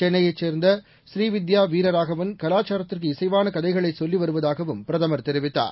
சென்னையை சேர்ந்த ஸ்ரீவித்யா வீரராகவள் கலாச்சாரத்திற்கு இசைவான கதைகளை செல்லி வருவதாகவும் பிரதமா் தெரிவித்தார்